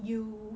you